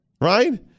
Right